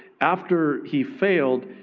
after he failed,